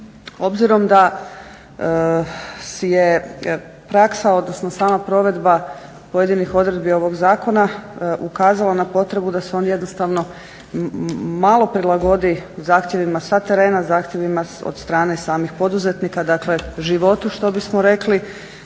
Obzirom da je praksa odnosno sama provedba pojedinih odredbi ovog zakona ukazala na potrebu da se on jednostavno malo prilagodi zahtjevima sa terena, zahtjevima od strane samih poduzetnika, životu dakle što bismo rekli.